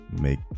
make